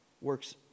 works